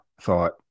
thought